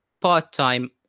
part-time